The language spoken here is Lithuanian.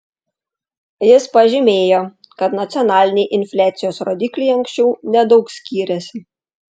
jis pažymėjo kad nacionaliniai infliacijos rodikliai anksčiau nedaug skyrėsi